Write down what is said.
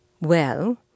Well